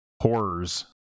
horrors